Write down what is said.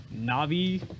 Na'Vi